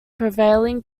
prevailing